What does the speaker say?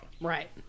right